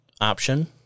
option